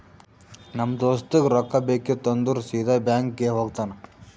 ನಮ್ ದೋಸ್ತಗ್ ರೊಕ್ಕಾ ಬೇಕಿತ್ತು ಅಂದುರ್ ಸೀದಾ ಬ್ಯಾಂಕ್ಗೆ ಹೋಗ್ತಾನ